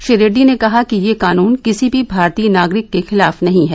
श्री रेड़डी ने कहा कि यह कानून किसी भी भारतीय नागरिक के खिलाफ नहीं है